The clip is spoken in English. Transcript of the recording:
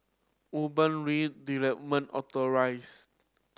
Urban Redevelopment